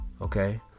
okay